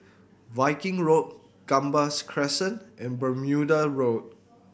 Viking Road Gambas Crescent and Bermuda Road